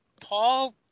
Paul